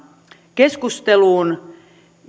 keskusteluun